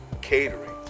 catering